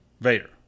Vader